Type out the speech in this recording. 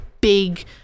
big